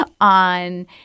on